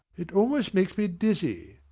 it almost makes me dizzy.